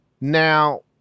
Now